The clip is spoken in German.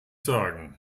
sagen